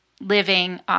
living